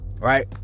right